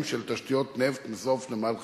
של "תשתיות נפט ואנרגיה" ומסוף נמל חיפה.